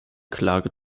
klage